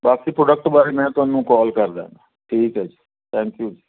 ਬਾਕੀ ਪ੍ਰੋਡਕਟ ਬਾਰੇ ਮੈਂ ਤੁਹਾਨੂੰ ਕਾਲ ਕਰਦਾ ਦਿੰਦਾ ਠੀਕ ਹੈ ਜੀ ਥੈਂਕ ਯੂ ਜੀ